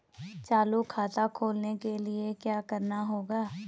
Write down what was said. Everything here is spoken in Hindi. चालू खाता खोलने के लिए क्या करना होगा?